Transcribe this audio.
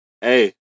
hey